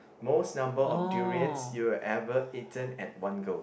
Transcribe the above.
most number of durians you ever eaten at one go